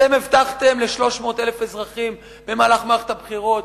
אתם הבטחתם ל-300,000 אזרחים במהלך מערכת הבחירות,